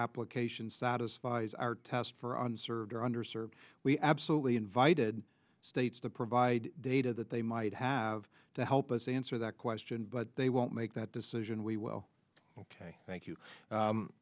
application satisfies our test for unserved or under served we absolutely invited states to provide data that they might have to help us answer that question but they won't make that decision we well ok thank you